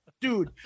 Dude